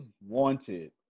wanted